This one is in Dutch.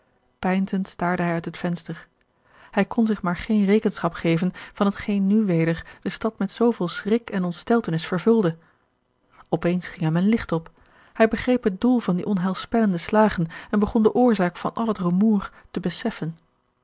hij uit het venster hij kon zich maar geene rekenschap geven van hetgeen nu weder de stad met zooveel schrik en ontsteltenis vervulde op eens ging hem een licht op hij begreep het doel van die onheilspellende slagen en begon de oorzaak van al het rumoer te beseffen